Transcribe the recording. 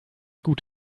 gut